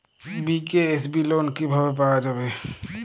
BKSB loan কিভাবে পাওয়া যাবে?